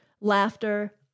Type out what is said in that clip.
laughter